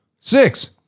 Six